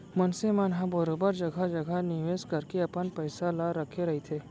मनसे मन ह बरोबर जघा जघा निवेस करके अपन पइसा ल रखे रहिथे